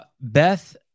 Beth